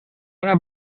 una